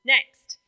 Next